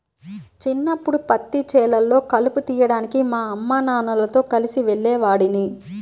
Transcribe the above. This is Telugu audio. చిన్నప్పడు పత్తి చేలల్లో కలుపు తీయడానికి మా అమ్మానాన్నలతో కలిసి వెళ్ళేవాడిని